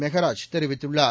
மெகராஜ் தெரிவித்துள்ளார்